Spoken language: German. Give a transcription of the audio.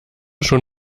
schon